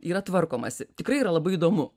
yra tvarkomasi tikrai yra labai įdomu